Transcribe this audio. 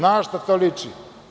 Na šta to liči?